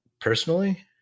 personally